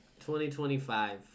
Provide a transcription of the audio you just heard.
2025